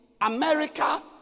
America